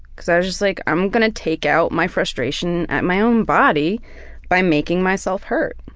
cause i was just like i'm gonna take out my frustration at my own body by making myself hurt.